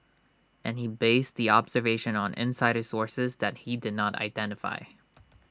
and he based the observation on insider sources that he did not identify